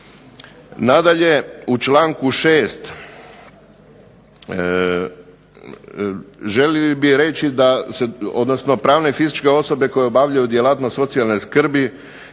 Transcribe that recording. Nadalje, u članku 6. željeli bi reći, odnosno pravne i fizičke osobe koje obavljaju djelatnost socijalne skrbi